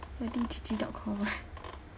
really G_G dot com eh